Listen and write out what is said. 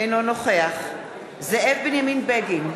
אינו נוכח זאב בנימין בגין,